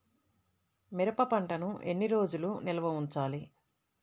మిరప పంటను ఎన్ని రోజులు నిల్వ ఉంచాలి?